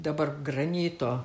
dabar granito